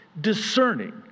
discerning